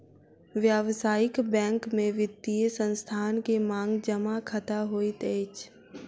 व्यावसायिक बैंक में वित्तीय संस्थान के मांग जमा खता होइत अछि